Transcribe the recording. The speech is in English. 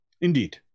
indeed